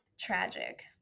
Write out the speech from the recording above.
Tragic